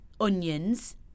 onions